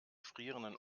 frierenden